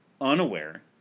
unaware